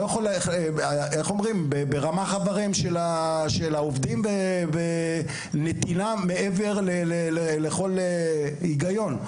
ברמ"ח אבריהם של העובדים ונתינה מעבר לכל הגיון.